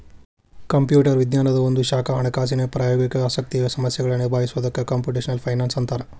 computer ವಿಜ್ಞಾನದ್ ಒಂದ ಶಾಖಾ ಹಣಕಾಸಿನ್ ಪ್ರಾಯೋಗಿಕ ಆಸಕ್ತಿಯ ಸಮಸ್ಯೆಗಳನ್ನ ನಿಭಾಯಿಸೊದಕ್ಕ ಕ್ಂಪುಟೆಷ್ನಲ್ ಫೈನಾನ್ಸ್ ಅಂತ್ತಾರ